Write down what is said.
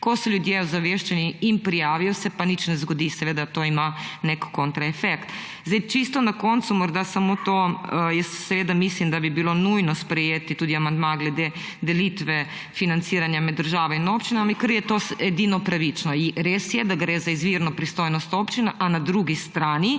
Ko so ljudje ozaveščeni in prijavijo, se pa nič ne zgodi, seveda to ima nek kontraefekt. Čisto na koncu morda samo to, jaz seveda mislim, da bi bilo nujno sprejeti tudi amandma glede delitve financiranja med državo in občinami, ker je to edino pravično. Res je, da gre za izvirno pristojnost občin, a na drugi strani